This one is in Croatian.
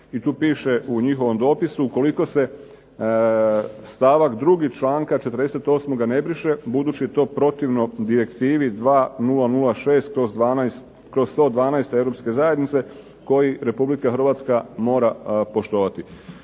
i tu piše u njihovom dopisu ukoliko se stavak 2. članka 48. ne briše budući je to protivno direktivi 2006/112EZ koji Republika Hrvatska mora poštovati.